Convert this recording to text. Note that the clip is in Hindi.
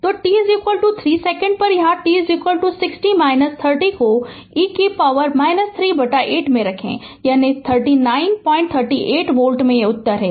तो t 3 सेकंड पर यहाँ t 60 30 को e 3 बटा 8 में रखें यानी 3938 वोल्ट ये उत्तर हैं